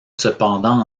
cependant